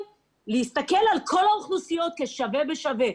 להסתכל על כל האוכלוסיות שווה בשווה.